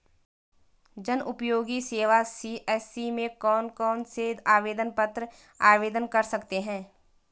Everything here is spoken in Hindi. जनउपयोगी सेवा सी.एस.सी में कौन कौनसे आवेदन पत्र आवेदन कर सकते हैं?